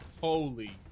Holy